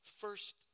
First